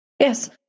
Yes